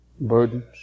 burdens